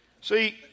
See